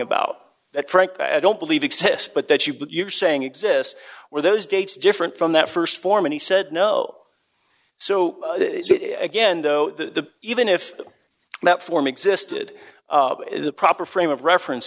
about that frankly i don't believe exist but that you but you're saying exist where those dates different from that st form and he said no so again though the even if that form existed the proper frame of reference